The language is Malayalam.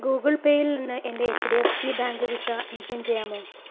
ഗൂഗിൾ പേയിൽ നിന്ന് എൻ്റെ H D F C bank visa നീക്കം ചെയ്യാമോ